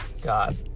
God